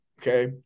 okay